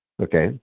Okay